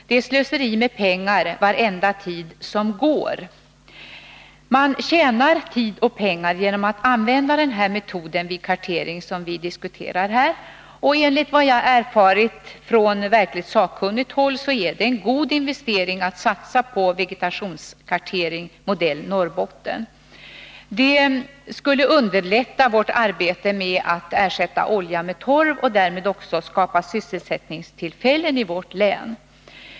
Varje tidsspillan innebär slöseri med pengar. Man tjänar tid och pengar på att använda den metod för kartering som vi diskuterar här. Enligt vad jag erfarit från verkligt sakkunnigt håll är det också en god investering att satsa på vegetationskartering modell Norrbotten. Det skulle underlätta vårt arbete med att ersätta olja med torv, och det skulle också skapa sysselsättningstillfällen i vårt län.